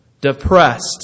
depressed